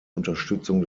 unterstützung